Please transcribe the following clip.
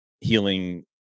healing